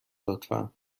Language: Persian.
لطفا